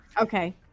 Okay